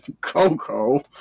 Coco